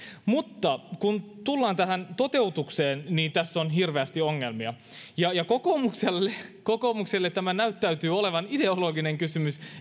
mutta kun tullaan tähän toteutukseen niin tässä on hirveästi ongelmia ja ja kokoomukselle kokoomukselle tämä näyttää olevan ideologinen kysymys